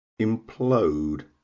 implode